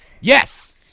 Yes